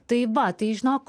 tai va tai žinok